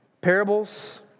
Parables